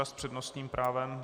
S přednostním právem...